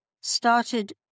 started